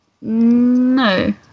No